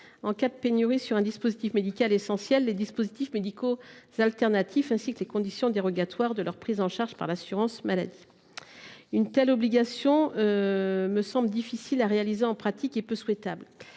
en cas de pénurie sur un dispositif médical essentiel, les dispositifs médicaux alternatifs ainsi que les conditions dérogatoires de leur prise en charge par l’assurance maladie. Toutefois, une telle obligation ne semble pas réaliste en pratique, et reste peu souhaitable.